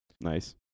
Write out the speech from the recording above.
Nice